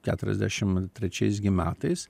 keturiasdešim trečiais gi metais